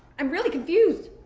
i'm really confused.